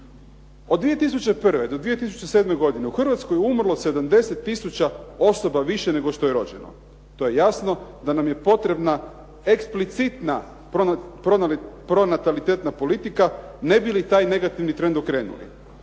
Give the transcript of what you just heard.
Od 2001. do 2007. godine u Hrvatskoj je umrlo 70 tisuća osoba više nego što je rođeno. To je jasno da nam je potrebna eksplicitna pronatalitetna politika ne bi li taj negativni trend okrenuli.